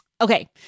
Okay